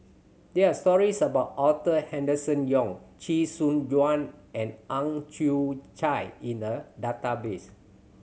there are stories about Arthur Henderson Young Chee Soon Juan and Ang Chwee Chai in the database